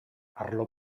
arlo